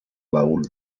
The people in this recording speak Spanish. baúl